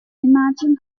imagine